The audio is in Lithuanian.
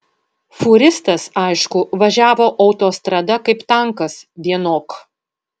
fūristas aišku važiavo autostrada kaip tankas vienok